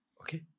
Okay